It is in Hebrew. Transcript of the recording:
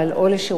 או לשירות לאומי,